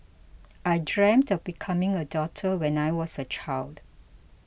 I dreamt of becoming a doctor when I was a child